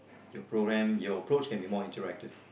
your programme your approach can be more interactive